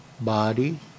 body